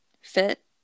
fit